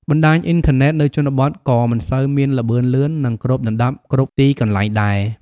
បណ្តាញអ៊ីនធឺណិតនៅជនបទក៏មិនសូវមានល្បឿនលឿន និងគ្របដណ្ដប់គ្រប់ទីកន្លែងដែរ។